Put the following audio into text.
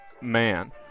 man